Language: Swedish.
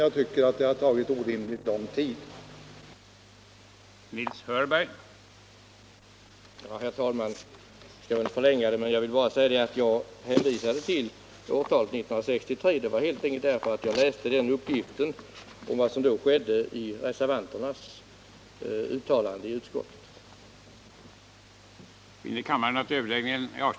Jag tycker emellertid att man därefter tagit orimligt lång tid på sig för att komma fram till ett resultat.